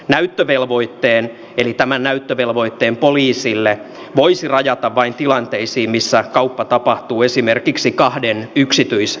näyttövelvoitteen eli tämän näyttövelvoitteen poliisille voisi rajata vain tilanteisiin joissa kauppa tapahtuu esimerkiksi kahden yksityishenkilön kesken